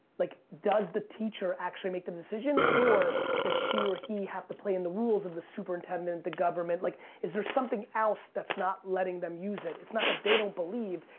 like does the teacher actually make the decision, or does she or he have to play in the rules of the superintendent, the government, like is there something else that's not letting them use it? it's not that they don't believe,